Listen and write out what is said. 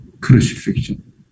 crucifixion